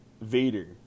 Vader